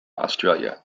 australia